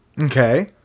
Okay